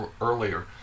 earlier